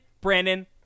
Brandon